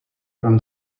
from